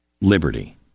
liberty